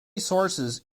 sources